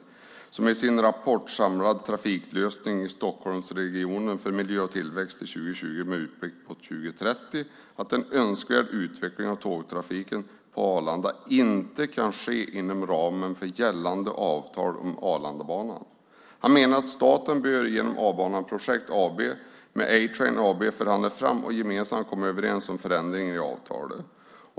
Han skriver i sin rapport Samlad trafiklösning Stockholmsregionen för miljö och tillväxt - till 2020 med utblick mot 2030 : "Den skisserade utvecklingen av tågtrafiken på Arlanda kan inte ske inom ramen för gällande Arlandabaneavtal. Staten bör genom A-banan Projekt AB med A-Train AB förhandla fram och gemensamt komma överens om förändringar i avtalet.